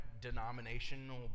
denominational